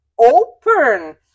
open